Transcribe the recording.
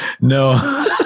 No